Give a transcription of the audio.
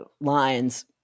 lines